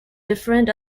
different